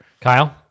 Kyle